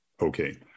okay